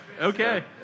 okay